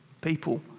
people